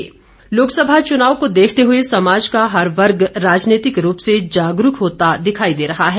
मतदाता लोकसभा चुनाव को देखते हुए समाज का हर वर्ग राजनीतिक रूप से जागरूक होता दिखाई दे रहा है